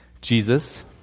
Jesus